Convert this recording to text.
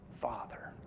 father